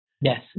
Yes